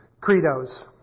credos